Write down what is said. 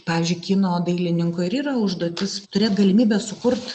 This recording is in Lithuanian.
pavyzdžiui kino dailininko ir yra užduotis turėt galimybę sukurt